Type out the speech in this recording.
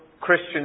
Christian